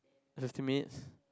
estimates